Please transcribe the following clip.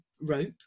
rope